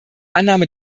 annahme